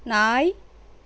நாய்